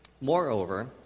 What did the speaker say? Moreover